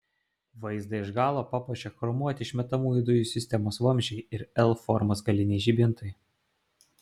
vaizdą iš galo papuošia chromuoti išmetamųjų dujų sistemos vamzdžiai ir l formos galiniai žibintai